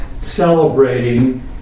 celebrating